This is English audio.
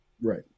Right